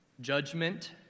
judgment